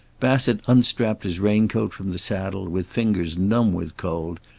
bassett unstrapped his raincoat from the saddle with fingers numb with cold,